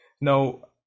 Now